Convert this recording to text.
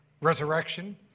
resurrection